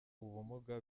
ubumuga